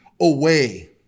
away